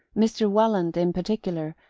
mr. welland, in particular,